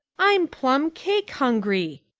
i'm plum cake hungry.